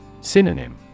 Synonym